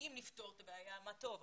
אם נפתור את הבעיה, מה טוב.